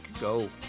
go